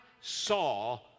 saw